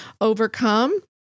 overcome